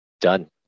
Done